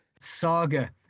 saga